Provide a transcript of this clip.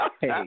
Hey